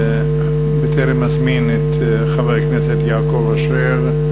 בטרם אזמין את חבר הכנסת יעקב אשר,